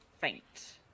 Faint